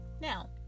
Now